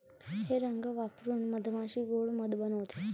हे रंग वापरून मधमाशी गोड़ मध बनवते